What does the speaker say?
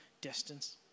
distance